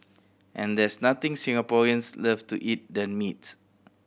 and there's nothing Singaporeans love to eat than meats